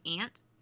ant